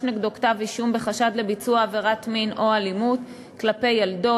נגדו כתב-אישום בחשד לביצוע עבירת מין או אלימות כלפי ילדו,